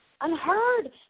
unheard